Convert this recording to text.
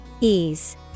Ease